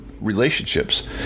relationships